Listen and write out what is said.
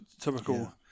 typical